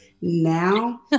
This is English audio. now